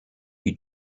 you